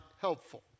helpful